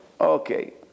Okay